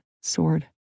sword